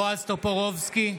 טופורובסקי,